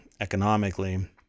economically